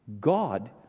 God